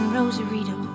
Rosarito